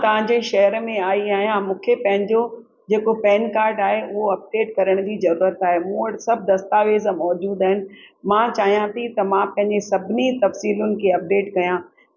मां तव्हांजे शहर में आई आहियां मूंखे पंहिंजो जेको पैन कार्ड आहे उहो अपडेट करण जी ज़रूरत आहे मूं वटि सभु दस्तावेज़ मौजूदु आहिनि मां चाहियां थी त मां पंहिंजे सभिनी तफ़सीलुनि खे अपडेत कयां